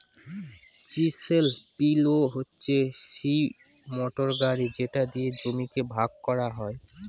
chisel plough হচ্ছে সিই motor গাড়ি যেটা দিয়ে জমিকে ভাগ করা হয়